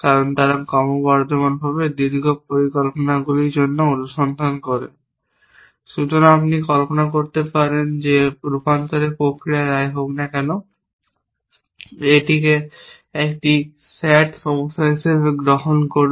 কারণ তারা ক্রমবর্ধমানভাবে দীর্ঘ পরিকল্পনাগুলির জন্য অনুসন্ধান করে। সুতরাং আপনি কল্পনা করতে পারেন যে রূপান্তরের প্রক্রিয়া যাই হোক না কেন এটিকে একটি S A T সমস্যা হিসাবে গ্রহণ করুন